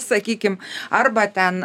sakykim arba ten